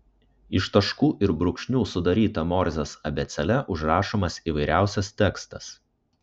iš taškų ir brūkšnių sudaryta morzės abėcėle užrašomas įvairiausias tekstas